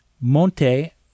monte